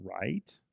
Right